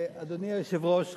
אדוני היושב-ראש,